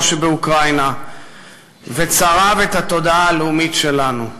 שבאוקראינה וצרב את התודעה הלאומית שלנו.